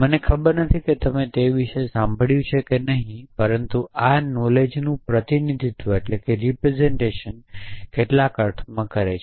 મને ખબર નથી કે તમે તેના વિશે સાંભળ્યું છે કે નહીં પરંતુ આ નોલેજનું પ્રતિનિધિત્વ કેટલાક અર્થમાં કરે છે